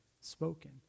spoken